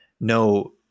No